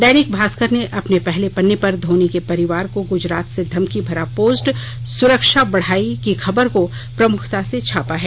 दैनिक भास्कर ने अपने पहले पन्ने पर धोनी के परिवार को गुजरात से धमकी भरा पोस्ट सुरक्षा बढ़ाई की खबर को प्रमुखता से छापा है